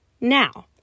Now